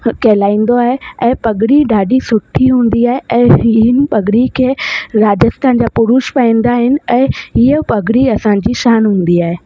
कहिलाईंदो आहे ऐं पगड़ी ॾाढी सुठी हूंदी आहे ऐं हिन पगड़ी खे राजस्थान जा पुरुष पाईंदा आहिनि ऐं इहा पॻड़ी असांजी शानु हुंदी आहे